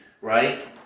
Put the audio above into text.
right